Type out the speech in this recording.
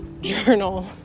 journal